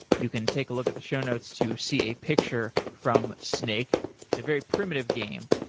you can take a look at the show notes to see a picture from snake. it's a very primitive game.